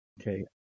Okay